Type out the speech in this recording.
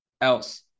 else